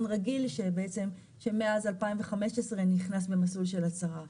הרגיל שמאז 2015 נכנס למסלול של הצהרה.